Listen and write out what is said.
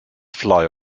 fly